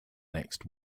next